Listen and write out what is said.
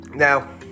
Now